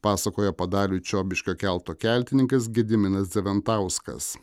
pasakoja padalių čiobiškio kelto keltininkas gediminas dzeventauskas